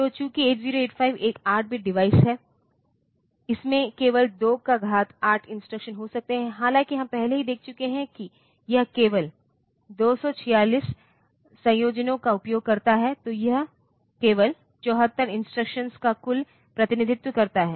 तो चूंकि 8085 एक 8 बिट डिवाइस है इसमें केवल 28 इंस्ट्रक्शंस हो सकते हैं हालाँकि हम पहले ही देख चुके हैं कि यह केवल 246 संयोजनों का उपयोग करता है और यह केवल 74 इंस्ट्रक्शंस का कुल प्रतिनिधित्व करता है